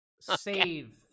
Save